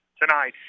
tonight